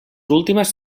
últimes